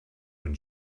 when